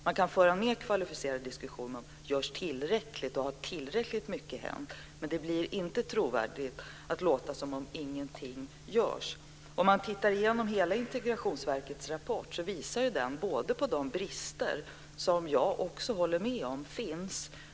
Man kan föra mer kvalificerade diskussioner om det görs tillräckligt och om tillräckligt mycket har hänt, men det blir inte trovärdigt när det låter som om ingenting görs. Om man tittar igenom hela Integrationsverkets rapport visar den på de brister som jag också håller med om finns.